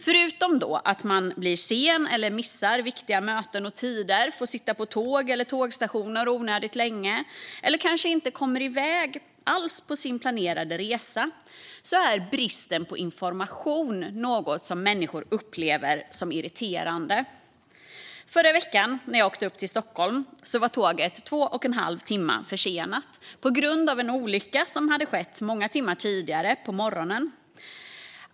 Förutom att man blir sen eller missar viktiga möten och tider, får sitta på tåg och tågstationer onödigt länge eller kanske inte kommer iväg alls på sin planerade resa är bristen på information något som många människor upplever som irriterande. Förra veckan när jag åkte upp till Stockholm var tåget två och en halv timme försenat på grund av en olycka som skett många timmar tidigare, på morgonen.